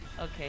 Okay